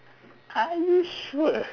are you sure